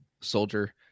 soldier